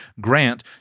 grant